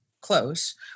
close